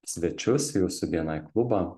svečius į jūsų bni klubą